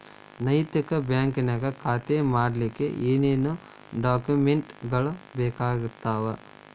ನೈತಿಕ ಬ್ಯಾಂಕ ನ್ಯಾಗ್ ಖಾತಾ ಮಾಡ್ಲಿಕ್ಕೆ ಏನೇನ್ ಡಾಕುಮೆನ್ಟ್ ಗಳು ಬೇಕಾಗ್ತಾವ?